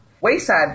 Wayside